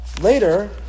Later